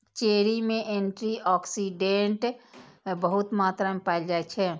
cherry मे anti oxidant बहुत मात्रा मे पाएल जाइ छै